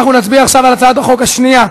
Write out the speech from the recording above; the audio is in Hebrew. אנחנו נצביע עכשיו על הצעת החוק השנייה,